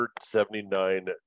179